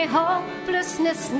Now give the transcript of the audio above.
hopelessness